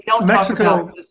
Mexico